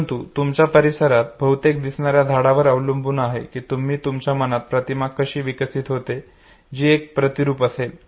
परंतु तुमच्या परिसरात बहुतेक दिसणाऱ्या झाडावर अवलंबून आहे कि तुम्ही तुमच्या मनात कशी प्रतिमा विकसित होते जी एक प्रतिरूप असेल